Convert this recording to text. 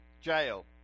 jail